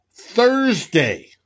Thursday